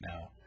now